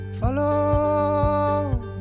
Follow